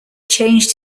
changed